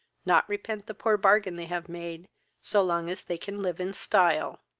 not repent the poor bargain they have made so long as they can live in stile.